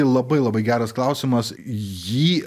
labai labai geras klausimas jį